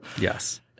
Yes